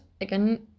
again